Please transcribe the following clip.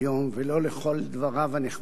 ולא לכל דבריו הנכבדים